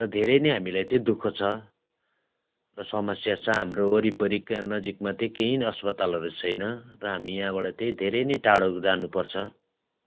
र धेरै नै हामीलाई त्यही दुःख छ र समस्या छ हाम्रो वरिपरिका नजिकमा त्यही केही न अस्पतालहरू छैन र हामी यहाँबाट त्यही धेरै नै टाढो जानुपर्छ